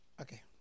Okay